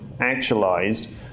actualized